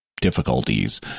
difficulties